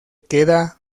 queda